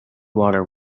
water